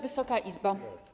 Wysoka Izbo!